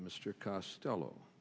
mr costello